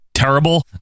Terrible